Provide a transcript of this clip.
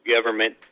Government